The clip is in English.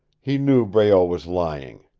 he knew breault was lying.